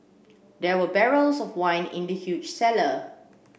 there were barrels of wine in the huge cellar